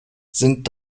sind